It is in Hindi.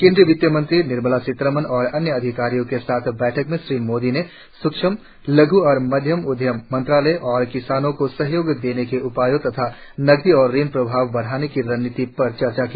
केंद्रीय वित्त मंत्री निर्मला सीतारामन और अन्य अधिकारियों के साथ बैठक में श्री मोदी ने सूक्ष्म लघ् और मध्यम उद्यम मंत्रालय और किसानों को सहयोग देने के उपायों तथा नकदी और ऋण प्रवाह बढाने की रणनीति पर चर्चा की